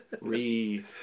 Re